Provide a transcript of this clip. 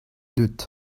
deuet